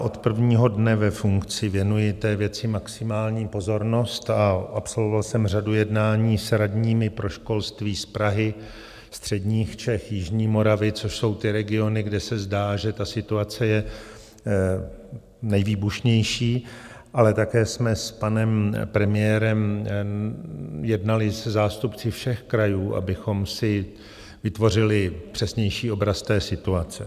Od prvního dne ve funkci věnuji té věci maximální pozornost a absolvoval jsem řadu jednání s radními pro školství z Prahy, středních Čech, jižní Moravy, což jsou regiony, kde se zdá, že situace je nejvýbušnější, ale také jsme s panem premiérem jednali se zástupci všech krajů, abychom si vytvořili přesnější obraz té situace.